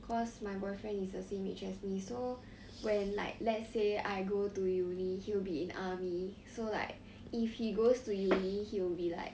cause my boyfriend is the same age as me so when like let's say I go to uni he'll be in army so like if he goes to uni he will be like